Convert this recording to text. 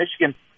Michigan